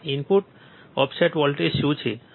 input offset voltage શું છે